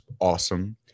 awesome